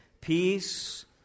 Peace